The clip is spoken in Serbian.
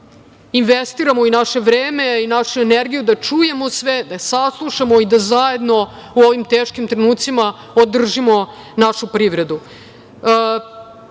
investiramo i naše vreme i našu energiju da čujemo sve, da saslušamo i da zajedno u ovim teškim trenucima podržimo našu privredu. Do